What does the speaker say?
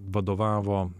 vadovavo na